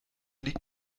liegt